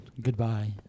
goodbye